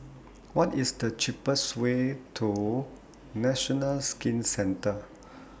What IS The cheapest Way to National Skin Centre